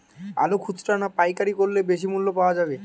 আলু খুচরা না পাইকারি করলে বেশি মূল্য পাওয়া যাবে?